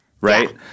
right